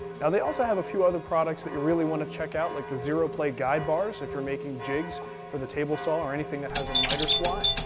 now they also have a few other products that you'll really want to check out like the zeroplay guide bars for making jigs for the table saw or anything that has a miter slot.